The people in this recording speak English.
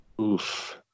Oof